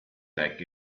like